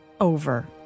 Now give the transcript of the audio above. over